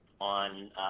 on